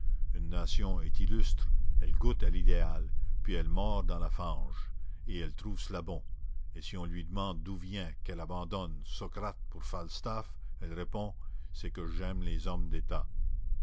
une nation est illustre elle goûte à l'idéal puis elle mord dans la fange et elle trouve cela bon et si on lui demande d'où vient qu'elle abandonne socrate pour falstaff elle répond c'est que j'aime les hommes d'état